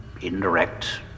indirect